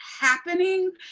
happening